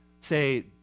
say